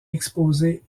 exposé